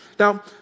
Now